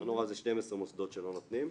לא נורא זה 12 מוסדות שלא נותנים.